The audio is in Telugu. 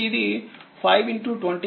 కాబట్టిఇది 520520 కు సమానంగా ఉంటుంది